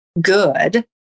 good